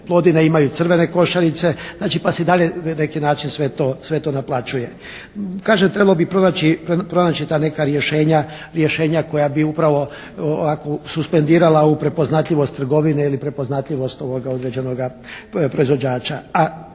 "Plodine" imaju crvene košarice, znači pa se i dalje neki način sve to naplaćuje. Kaže trebalo bi pronaći ta neka rješenja koja bi upravo ovako suspendirala ovu prepoznatljivost trgovine ili prepoznatljivost ovoga određenoga proizvođača,